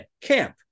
camp